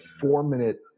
four-minute